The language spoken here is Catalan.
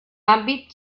àmbit